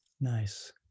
Nice